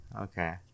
Okay